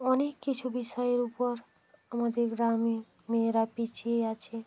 অনেক কিছু বিষয়ের উপর আমাদের গ্রামে মেয়েরা পিছিয়ে আছে